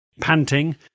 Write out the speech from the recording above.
panting